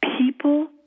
people